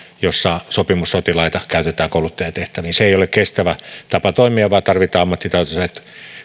jossa sopimussotilaita käytetään kouluttajan tehtäviin se ei ole kestävä tapa toimia vaan tarvitaan ammattitaitoiset